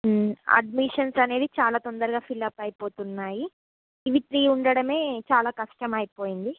admissions వ్ అనేవి చాలా తొందరగా ఫీల్అప్ అయిపోతున్నాయి ఇవి త్రీ ఉండడమే చాలా కష్టమైపోయింది